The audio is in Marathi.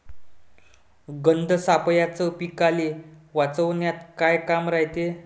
गंध सापळ्याचं पीकाले वाचवन्यात का काम रायते?